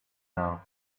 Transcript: now